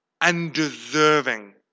Undeserving